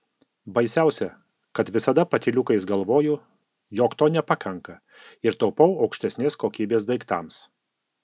baisiausia kad visada patyliukais galvoju jog to nepakanka ir taupau aukštesnės kokybės daiktams